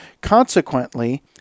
Consequently